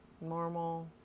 normal